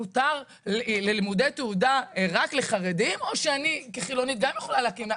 מותר לימודי תעודה רק לחרדים' או שאני כחילונית גם יכולה להקים?